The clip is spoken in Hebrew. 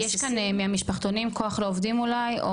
-- יש כאן מהמשפחתונים כוח לעובדים אולי?